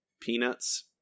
peanuts